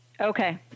Okay